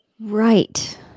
Right